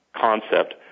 concept